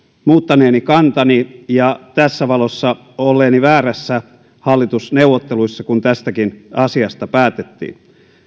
muuttaneeni kantani ja tässä valossa olleeni väärässä hallitusneuvotteluissa kun tästäkin asiasta päätettiin